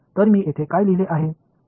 तर मी येथे काय लिहिले आहे